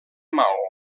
mao